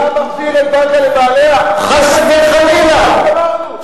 חס וחלילה.